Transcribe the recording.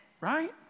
Right